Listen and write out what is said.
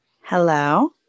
Hello